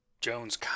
Jones